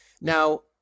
Now